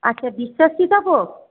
আচ্ছা